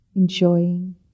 Enjoying